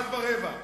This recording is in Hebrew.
אחד ורבע.